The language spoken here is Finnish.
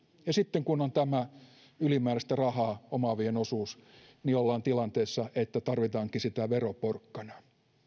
ja sitten kun on tämä ylimääräistä rahaa omaavien osuus niin ollaan tilanteessa että tarvitaankin sitä veroporkkanaa